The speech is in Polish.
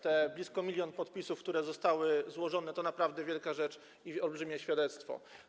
Te blisko milion podpisów, które zostały złożone, to naprawdę wielka rzecz i olbrzymie świadectwo.